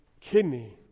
kidney